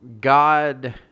God